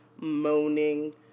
moaning